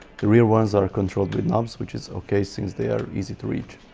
the rear ones are controlled with knobs which is okay since they are easy to reach,